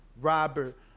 Robert